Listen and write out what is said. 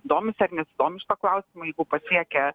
domisi ar nesidomi šituo klausimu pasiekia